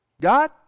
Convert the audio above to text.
God